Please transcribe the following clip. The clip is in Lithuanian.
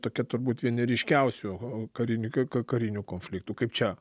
tokie turbūt vieni ryškiausių karinių k karinių konfliktų kaip čia